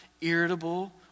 irritable